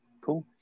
cool